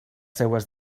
seues